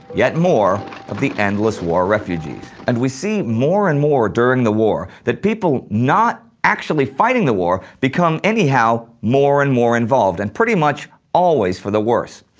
yet more of the endless war refugees. and we see more and more during the war, that people not actually fighting the war become anyhow more and more involved, and pretty much always for the worse.